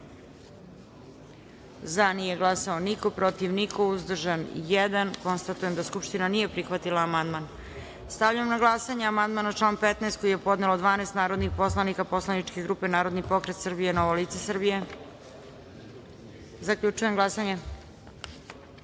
glasanje: za – niko, protiv – niko, uzdržan – jedan. Konstatujem da Skupština nije prihvatila ovaj amandman. Stavljam na glasanje amandman na član 6. koji je podnelo 12 narodnih poslanika poslaničke grupe Narodni pokret Srbija – Novo lice Srbije. Zaključujem glasanje: